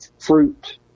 fruit